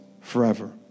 forever